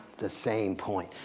the same point.